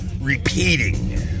Repeating